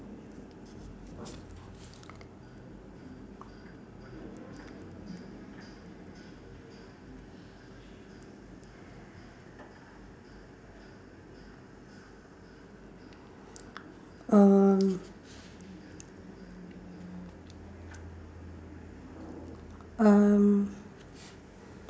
um um